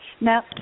Now